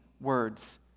words